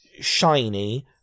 shiny